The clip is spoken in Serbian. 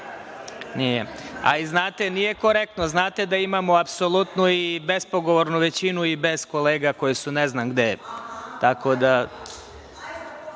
Nije, a i znate nije korektno, znate da imamo apsolutnu i bespogovornu većinu i bez kolega koje su ne znam gde. Tako da,